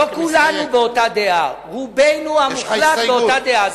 לא כולנו באותה דעה, רובנו המוחלט באותה דעה.